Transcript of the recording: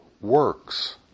works